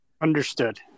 Understood